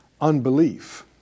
unbelief